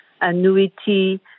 annuity